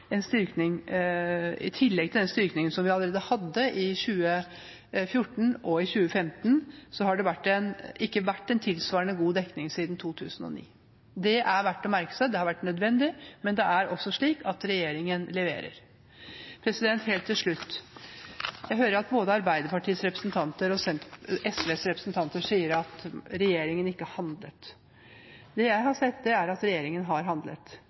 en styrking. I tillegg til den styrkingen som vi allerede hadde i 2014 og i 2015, har det ikke vært en tilsvarende god dekning siden 2009. Det er det verdt å merke seg. Det har vært nødvendig, men det er også slik at regjeringen leverer. Helt til slutt: Jeg hører at både Arbeiderpartiets representanter og SVs representanter sier at regjeringen ikke har handlet. Det jeg har sett, er at regjeringen har handlet.